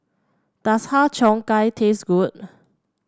does Har Cheong Gai taste good